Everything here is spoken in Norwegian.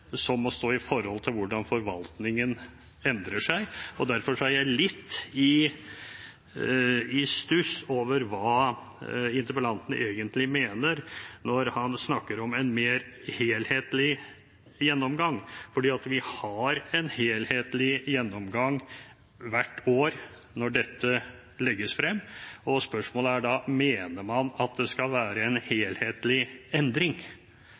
som må stå i forhold til hvordan forvaltningen endrer seg. Derfor er jeg litt i stuss over hva interpellanten egentlig mener når han snakker om en mer helhetlig gjennomgang. For vi har en helhetlig gjennomgang hvert år når dette legges frem, og spørsmålet er da: Mener man at det skal være en helhetlig endring?